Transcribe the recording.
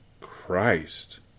Christ